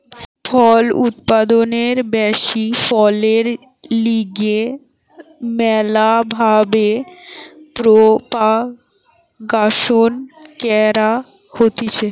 ফল উৎপাদনের ব্যাশি ফলনের লিগে ম্যালা ভাবে প্রোপাগাসন ক্যরা হতিছে